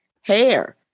hair